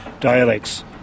dialects